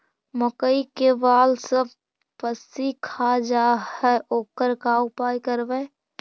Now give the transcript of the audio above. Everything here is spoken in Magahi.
मकइ के बाल सब पशी खा जा है ओकर का उपाय करबै?